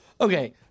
Okay